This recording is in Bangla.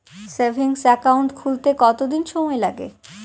সেভিংস একাউন্ট খুলতে কতদিন সময় লাগে?